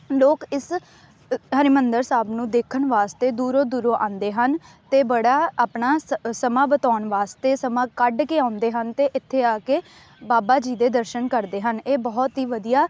ਲੋਕ ਇਸ ਅ ਹਰਿਮੰਦਰ ਸਾਹਿਬ ਨੂੰ ਦੇਖਣ ਵਾਸਤੇ ਦੂਰੋਂ ਦੂਰੋਂ ਆਉਂਦੇ ਹਨ ਅਤੇ ਬੜਾ ਆਪਣਾ ਸ ਸਮਾਂ ਬਿਤਾਉਣ ਵਾਸਤੇ ਸਮਾਂ ਕੱਢ ਕੇ ਆਉਂਦੇ ਹਨ ਅਤੇ ਇੱਥੇ ਆ ਕੇ ਬਾਬਾ ਜੀ ਦੇ ਦਰਸ਼ਨ ਕਰਦੇ ਹਨ ਇਹ ਬਹੁਤ ਹੀ ਵਧੀਆ